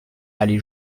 allée